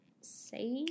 save